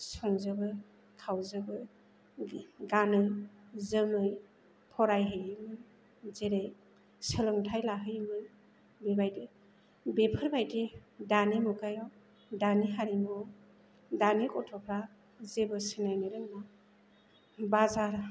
संजोबो खावजोबो गानो जोमो फरायहैयोमोन जेरै सोलोंथाय लाहैयोमोन बेबायदि बेफोरबायदि दानि मुगायाव दानि हारिमुवाव दानि गथ'फ्रा जेबो सिनायनो रोङा बाजार